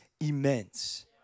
immense